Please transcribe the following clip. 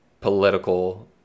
political